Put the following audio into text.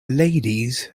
ladies